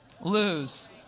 lose